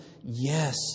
yes